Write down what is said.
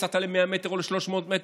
יצאת ל-100 מטר או ל-300 מטר,